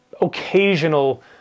occasional